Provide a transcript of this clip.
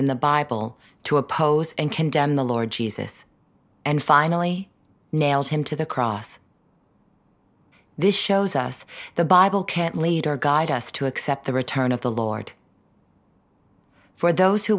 in the bible to oppose and condemn the lord jesus and finally nailed him to the cross this shows us the bible can't lead or guide us to accept the return of the lord for those who